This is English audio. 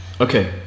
Okay